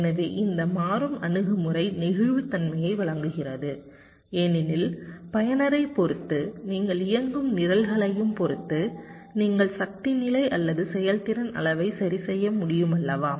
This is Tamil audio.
எனவே இந்த மாறும் அணுகுமுறை நெகிழ்வுத்தன்மையை வழங்குகிறது ஏனெனில் பயனரைப் பொறுத்து நீங்கள் இயங்கும் நிரல்களையும் பொறுத்து நீங்கள் சக்தி நிலை அல்லது செயல்திறன் அளவை சரிசெய்ய முடியுமள்ளவா